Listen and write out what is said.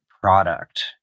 product